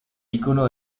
ícono